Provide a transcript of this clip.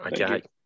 Okay